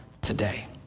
today